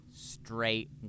straight